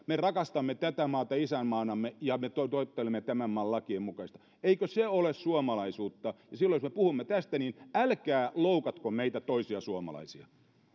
me rakastamme tätä maata isänmaanamme ja me tottelemme tämän maan lakeja eikö se ole suomalaisuutta ja silloin jos me puhumme tästä niin älkää loukatko meitä toisia suomalaisia